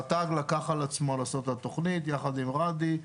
רט"ג לקח על עצמו לעשות את התוכנית יחד עם ראדי.